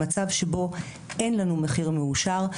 במצב שבו אין לנו מחיר מאושר,